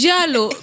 Jalo